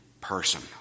person